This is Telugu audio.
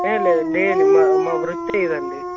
లేదు డైలీ మా మా వృత్తి ఇదండి